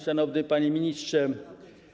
Szanowny Panie Ministrze!